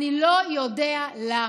אני לא יודע למה.